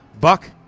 Buck